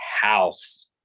house